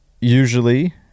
Usually